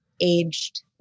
aged